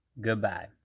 Goodbye